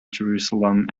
jerusalem